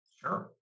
Sure